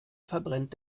verbrennt